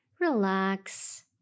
relax